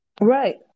Right